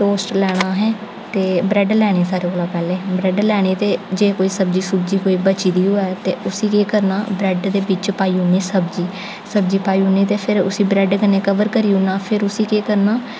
toast लेना अहें ते ब्रेड लैने सारे कोला पैह्लें ब्रेड लैने ते जेह् कोई सब्ज़ी सुब्ज़ी कोई बची दी होऐ उसी केह् करना ब्रेड दे बिच पाई औनी सब्ज़ी सब्ज़ी पाई औनी ते फिर उसी ब्रेड कन्नै कवर करी ओड़ना फिर उसी केह् करना